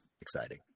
exciting